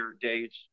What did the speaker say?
days